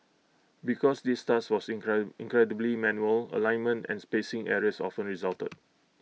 because this task was incline incredibly manual alignment and spacing errors often resulted